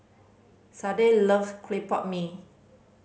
Sade loves clay pot mee